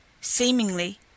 seemingly